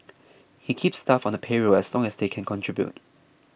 he keeps staff on the payroll as long as they can contribute